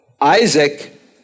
Isaac